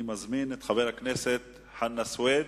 אני מזמין את חבר הכנסת חנא סוייד,